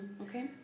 Okay